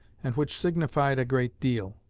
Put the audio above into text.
and which signified a great deal.